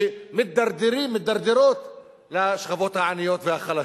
שמידרדרות לשכבות העניות והחלשות.